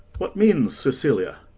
what means sicilia?